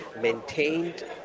maintained